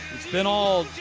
it's been all